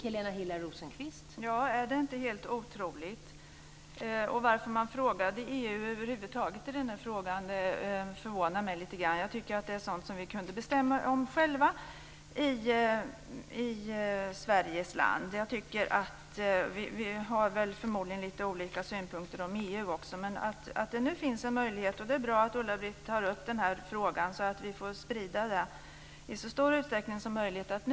Fru talman! Ja, är det inte helt otroligt. Varför man frågade EU över huvud taget i den här frågan förvånar mig lite grann. Jag tycker att det är sådant som vi kunde bestämma om själva i Sveriges land. Vi har väl förmodligen lite olika synpunkter också om EU. Men det är bra att Ulla-Britt Hagström tar upp den här frågan, så att vi i så stor utsträckning som möjligt får sprida det.